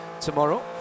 tomorrow